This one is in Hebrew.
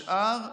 השאר קיבלו: